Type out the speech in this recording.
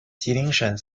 吉林省